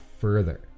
further